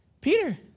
Peter